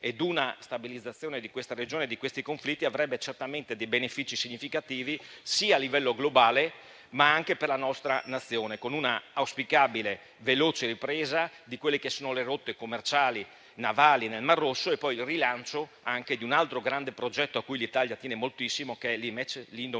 Una stabilizzazione di questa regione e di questi conflitti avrebbe certamente dei benefici significativi, sia a livello globale, ma anche per la nostra Nazione, con un'auspicabile veloce ripresa di quelle che sono le rotte commerciali navali nel Mar Rosso e il rilancio anche di un altro grande progetto a cui l'Italia tiene moltissimo, che è l'IMEC